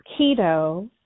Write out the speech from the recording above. keto